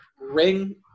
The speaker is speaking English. ring